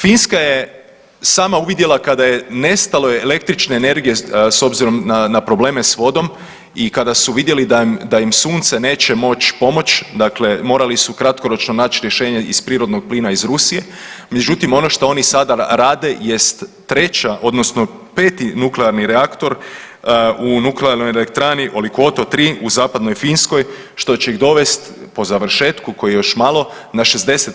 Finska je sama uvidjela kada je nestalo je električne energije s obzirom na probleme s vodom i kada su vidjeli da im sunce neće moći pomoći, dakle morali su kratkoročno naći rješenje iz prirodnog plina iz Rusije, međutim ono što oni sada rade jest treća odnosno peti nuklearni reaktor u nuklearnoj elektrani Olkiluoto 3 u zapadnoj Finskoj što će ih dovesti po završetku koji je još malo na 60%